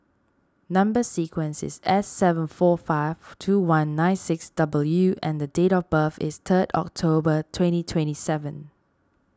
Number Sequence is S seven four five two one nine six W and date of birth is third October twenty twenty seven